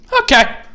okay